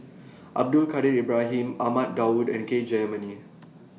Abdul Kadir Ibrahim Ahmad Daud and K Jayamani